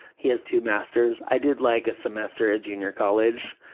he has two masters'. i did like a semester at junior college.